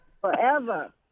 forever